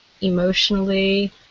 emotionally